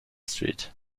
street